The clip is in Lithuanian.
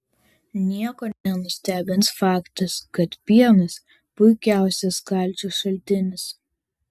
nieko nenustebins faktas kad pienas puikiausias kalcio šaltinis